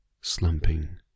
slumping